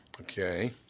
Okay